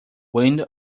wind